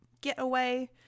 getaway